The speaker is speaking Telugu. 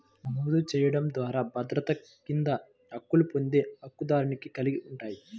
నమోదు చేయడం ద్వారా భద్రత కింద హక్కులు పొందే హక్కుదారుని కలిగి ఉంటాయి,